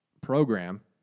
program